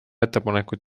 ettepanekuid